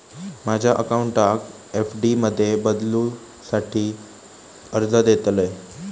माझ्या अकाउंटाक एफ.डी मध्ये बदलुसाठी अर्ज देतलय